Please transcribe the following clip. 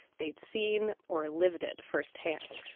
they had seen or lived it firsthand.